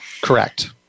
Correct